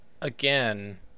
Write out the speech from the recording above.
again